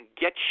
get